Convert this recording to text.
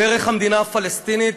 דרך המדינה הפלסטינית,